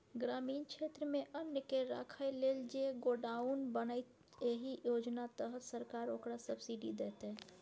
ग्रामीण क्षेत्रमे अन्नकेँ राखय लेल जे गोडाउन बनेतै एहि योजना तहत सरकार ओकरा सब्सिडी दैतै